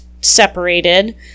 separated